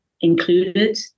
included